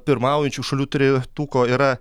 pirmaujančių šalių trejetuko yra